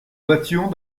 battions